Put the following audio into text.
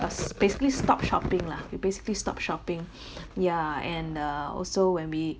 that's basically stop shopping lah we basically stop shopping yeah and uh also when we